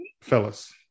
fellas